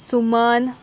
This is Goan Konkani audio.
सुमन